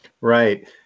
Right